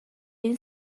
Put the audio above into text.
این